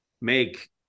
make